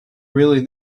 really